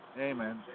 Amen